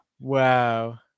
Wow